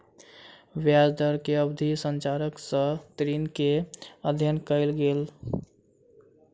ब्याज दर के अवधि संरचना सॅ ऋण के अध्ययन कयल गेल